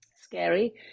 Scary